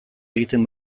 egiten